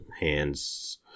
hand's